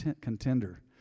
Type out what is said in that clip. contender